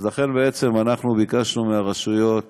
לכן ביקשנו מהרשויות